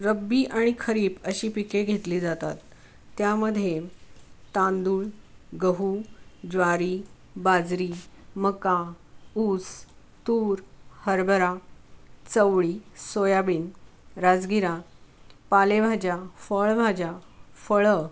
रब्बी आणि खरीप अशी पिके घेतली जातात त्यामध्ये तांदूळ गहू ज्वारी बाजरी मका ऊस तूर हरबरा चवळी सोयाबीन राजगिरा पालेभाज्या फळभाज्या फळं